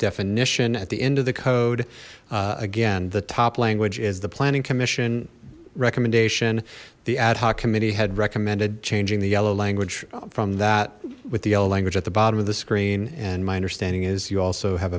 definition at the end of the code again the top language is the planning commission recommendation the ad hoc committee had recommended changing the yellow language from that with the yellow language at the bottom of the screen and my understanding is you also have